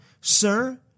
Sir